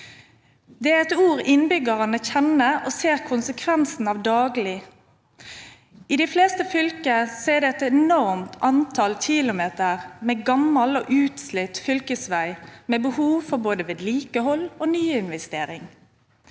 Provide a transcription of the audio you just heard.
Det er et ord innbyggerne kjenner og daglig ser konsekvensene av. I de fleste fylker er det et enormt antall kilometer med gammel og utslitt fylkesvei, med behov for både vedlikehold og nyinvestering.